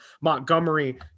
Montgomery